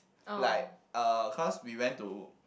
like uh cause we went to